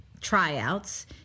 tryouts